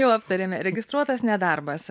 jau aptarėme registruotas nedarbas